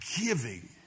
giving